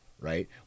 right